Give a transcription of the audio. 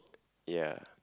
ya